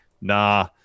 Nah